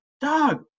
Dog